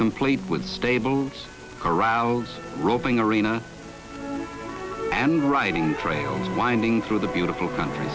complete with stables corrals roving arena and writing trails winding through the beautiful country